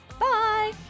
Bye